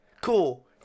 cool